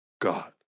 God